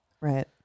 right